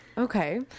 Okay